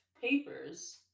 papers